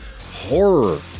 horror